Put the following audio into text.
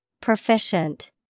Proficient